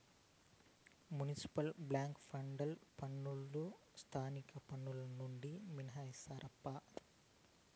municipal బాండ్లకు federal పన్నులు స్థానిక పన్నులు నుండి మినహాయిస్తారప్పా